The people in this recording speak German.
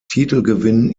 titelgewinn